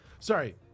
Sorry